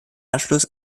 anschluss